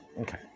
okay